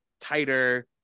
tighter